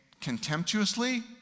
contemptuously